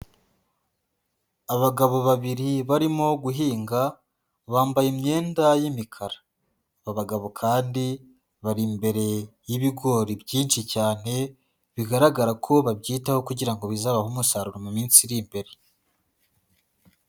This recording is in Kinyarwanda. Abagabo babiri barimo guhinga bambaye imyenda y'imikara, aba abagabo kandi bari imbere y'ibigori byinshi cyane, bigaragara ko babyitaho kugira ngo bizabahe umusaruro mu minsi iri imbere.